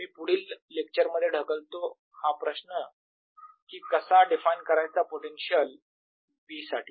मी पुढील लेक्चरमध्ये ढकलतो हा प्रश्न कि कसा डिफाइन करायचा पोटेन्शियल B साठी